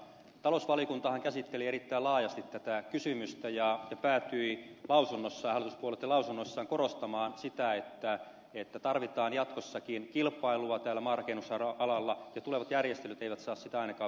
talousvaliokuntahan käsitteli erittäin laajasti tätä kysymystä ja päätyi lausunnossaan hallituspuolueitten lausunnossa korostamaan sitä että tarvitaan jatkossakin kilpailua maanrakennusalalla ja tulevat järjestelyt eivät saa sitä ainakaan vähentää